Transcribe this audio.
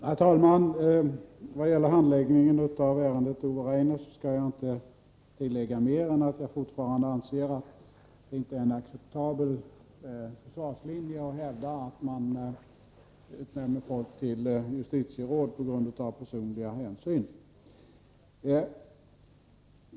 Herr talman! Vad gäller handläggningen av ärendet Ove Rainer skall jag inte tillägga mer än att jag fortfarande anser att det inte är en acceptabel försvarslinje att hävda att man utnämner folk till justitieråd på grund av personliga hänsyn.